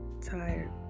tired